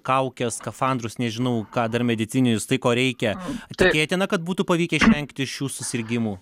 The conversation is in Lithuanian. kaukes skafandrus nežinau ką dar medicininius tai ko reikia tikėtina kad būtų pavykę išvengti šių susirgimų